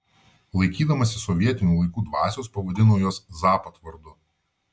laikydamasi sovietinių laikų dvasios pavadino juos zapad vardu